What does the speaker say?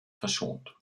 verschont